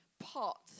pot